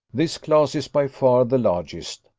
this class is by far the largest.